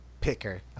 picker